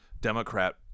Democrat